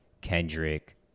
Kendrick